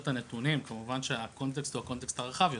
הנתונים, כמובן שהקונטקסט הוא הקונטקסט הרחב יותר.